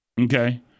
Okay